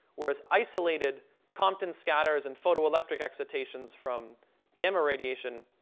whereas, isolated compton scatters and photoelectric exhortations from gamma radiation,